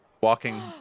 walking